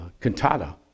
cantata